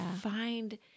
find